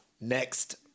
Next